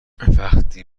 وقتی